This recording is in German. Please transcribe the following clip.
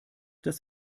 das